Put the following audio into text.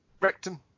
rectum